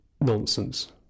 nonsense